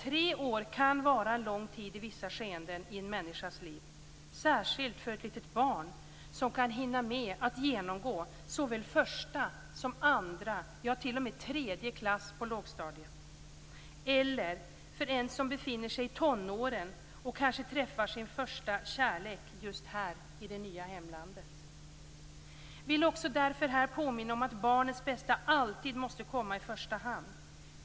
Tre år kan vara en lång tid i vissa skeenden i en människas liv, särskilt för ett litet barn som kan hinna med att genomgå såväl första som andra som tredje klass på lågstadiet eller för den som befinner sig i tonåren och kanske träffar sin första kärlek just här i det nya hemlandet. Jag vill här därför påminna om att barnens bästa alltid måste komma i första hand.